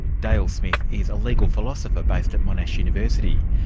dale smith is a legal philosopher based at monash university.